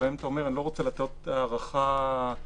שבהם אתה אומר: אני לא רוצה לעשות הארכה אוטומטית